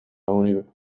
university